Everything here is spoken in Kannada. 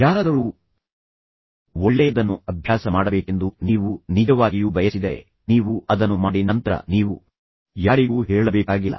ಯಾರಾದರೂ ಒಳ್ಳೆಯದನ್ನು ಅಭ್ಯಾಸ ಮಾಡಬೇಕೆಂದು ನೀವು ನಿಜವಾಗಿಯೂ ಬಯಸಿದರೆ ನೀವು ಅದನ್ನು ಮಾಡಿ ನಂತರ ನೀವು ಯಾರಿಗೂ ಹೇಳಬೇಕಾಗಿಲ್ಲ